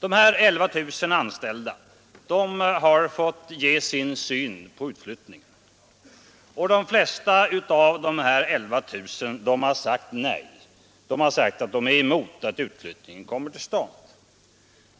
Dessa 11 000 anställda har fått ge sin syn på utflyttningen. De flesta har sagt nej, de har sagt att de är emot att utflyttningen kommer till stånd.